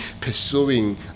pursuing